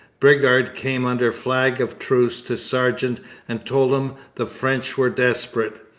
bridgar came under flag of truce to sargeant and told him the french were desperate.